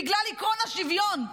בגלל עקרון השוויון.